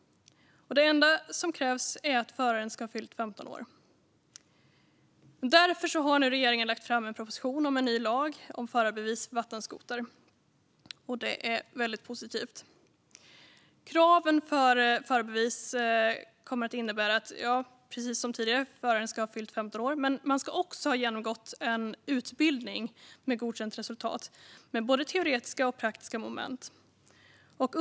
Det enda som krävs är att föraren ska ha fyllt 15 år. Därför har regeringen nu lagt fram en proposition om en ny lag om förarbevis för vattenskoter. Det är väldigt positivt. Kraven för förarbevis är att föraren ska ha fyllt 15 år, precis som tidigare, och ska ha genomgått en utbildning med både teoretiska och praktiska moment med ett godkänt resultat.